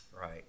Right